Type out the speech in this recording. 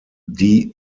die